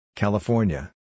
California